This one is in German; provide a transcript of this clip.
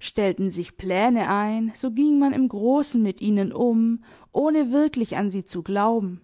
stellten sich pläne ein so ging man im großen mit ihnen um ohne wirklich an sie zu glauben